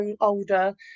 Older